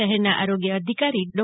શહેરના આરોગ્ય અધિકારી ડો